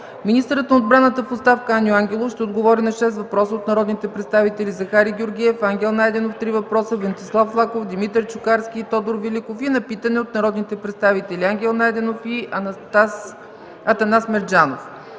Министърът на отбраната в оставка Аню Ангелов ще отговори на шест въпроса от народните представители Захари Георгиев, Ангел Найденов – три въпроса, Венцислав Лаков, Димитър Чукарски и Тодор Великов и на питане от народните представители Ангел Найденов и Атанас Мерджанов.